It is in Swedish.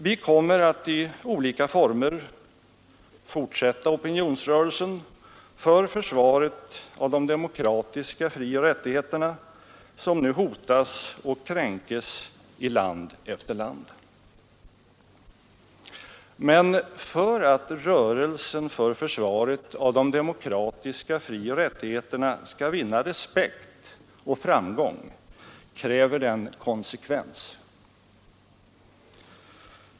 Vi kommer att i olika former fortsätta opinionsrörelsen för försvaret av de demokratiska frioch rättigheterna, som nu hotas och kränks i land efter land. Men för att rörelsen för försvaret av de demokratiska frioch rättigheterna skall vinna respekt och framgång kräver den konsekvens.